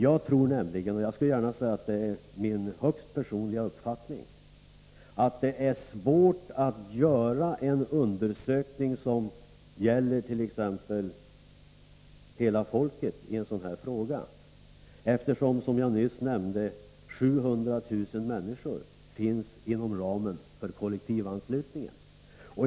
Jag tror nämligen — det är min högst personliga uppfattning — att det är svårt att göra en undersökning i en sådan här fråga. Som jag nyss nämnde är 700 000 människor kollektivanslutna.